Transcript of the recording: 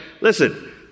Listen